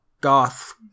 goth